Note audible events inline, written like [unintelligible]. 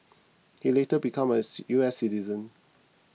he later became a [unintelligible] U S citizen